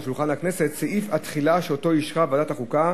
שולחן הכנסת סעיף התחילה שאישרה ועדת החוקה,